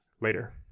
later